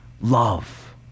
Love